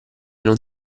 non